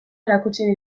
erakutsi